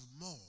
more